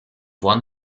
one